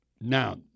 Now